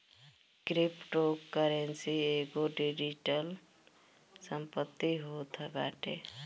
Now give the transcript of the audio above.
cryptocurrency एगो digital संपत्ति होत बाटे